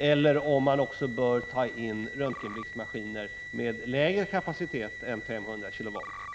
eller om man också bör pröva röntgenblixtmaskiner med lägre kapacitet än 500 kilovolt.